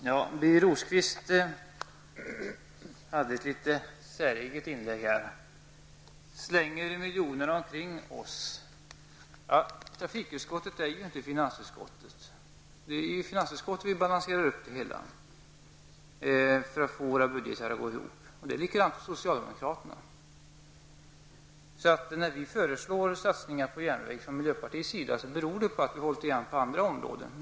Fru talman! I sitt något säregna inlägg sade Birger Rosqvist att vi slänger miljonerna kring oss. Men nu tillhör inte Birger Rosqvist finansutskottet där man balanserar inkomster mot utgifter för att få det hela att gå ihop. När vi i miljöpartiet föreslår satsningar på järnvägsdrift, så håller vi naturligtvis igen med utgifterna på andra områden.